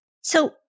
So-